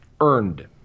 earned